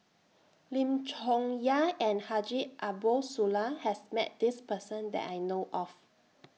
Lim Chong Yah and Haji Ambo Sooloh has Met This Person that I know of